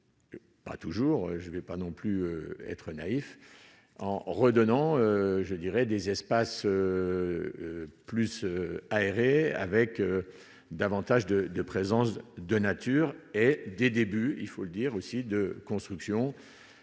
pas toujours, je ne vais pas non plus être naïf en redonnant je dirais des espaces plus aérés, avec davantage de de présence de nature et des débuts, il faut le dire aussi de construction